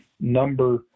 number